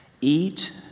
eat